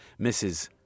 Mrs